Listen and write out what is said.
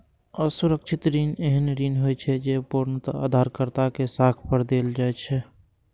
असुरक्षित ऋण एहन ऋण होइ छै, जे पूर्णतः उधारकर्ता के साख पर देल जाइ छै